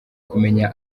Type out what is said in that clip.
kumenya